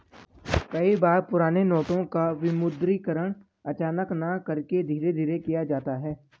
कई बार पुराने नोटों का विमुद्रीकरण अचानक न करके धीरे धीरे किया जाता है